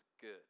good